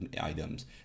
items